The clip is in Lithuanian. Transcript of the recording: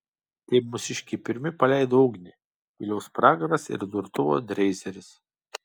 taip mūsiškiai pirmi paleido ugnį viliaus pragaras ir durtuvo dreizeris